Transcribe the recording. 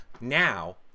Now